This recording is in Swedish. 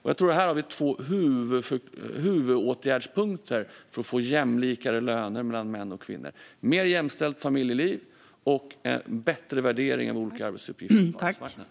Här tror jag att vi har två huvudåtgärdspunkter för att få jämlikare löner mellan män och kvinnor: mer jämställt familjeliv och en bättre värdering av olika arbetsuppgifter på arbetsmarknaden.